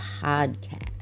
podcast